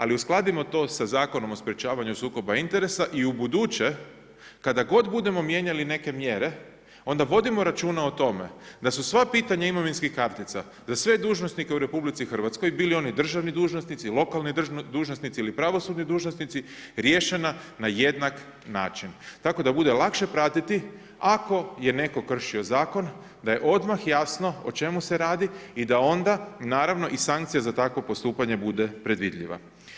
Ali uskladimo to sa Zakonom o sprječavanju sukoba interesa i ubuduće kada god budemo mijenjali neke mjere, onda vodimo računa o tome da su sva pitanja imovinskih kartica za sve dužnosnike u Republici Hrvatskoj bili oni državni dužnosnici, lokalni dužnosnici ili pravosudni dužnosnici riješena na jednak način tako da bude lakše pratiti ako je netko kršio zakon da je odmah jasno o čemu se radi i da onda naravno i sankcija za takvo postupanje bude predvidljiva.